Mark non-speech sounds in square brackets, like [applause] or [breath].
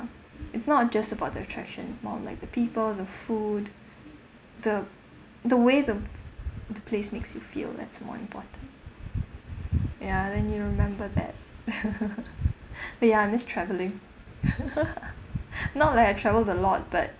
it's not just about the attractions it's more of like the people the food the the way the the place makes you feel that's more important ya then you'll remember that [laughs] [breath] ya I miss travelling [laughs] [breath] not like I travelled a lot but